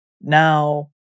now